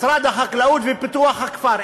משרד החקלאות ופיתוח הכפר.